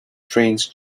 trains